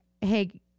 hey